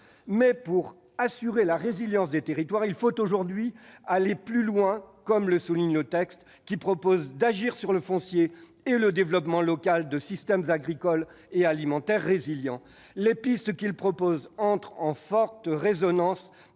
Pour assurer la résilience des territoires, il faut toutefois aller aujourd'hui plus loin, comme le souligne le texte, qui prévoit d'agir sur le foncier et de favoriser le développement local de systèmes agricole et alimentaire résilients. Les pistes proposées entrent en forte résonance